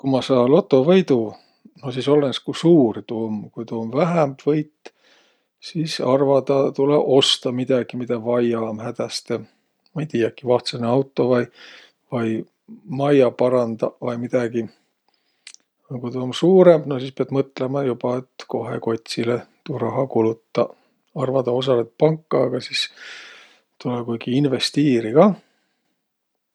Ku ma saa lotovõidu, no sis olõnõs, ku suur tuu um. Ku tuu um vähämb võit, sis arvadaq tulõ ostaq midägi, midä vaia um hädäste. Ma ei tiiäki, vahtsõnõ auto vai, vai majja parandaq vai midägi. A ku tuu um suurõmb, no sis piät mõtlõma joba, et kohekotsilõ tuu raha kulutaq. Arvadaq osa lätt panka, aga sis tulõ kuiki investiiriq kah.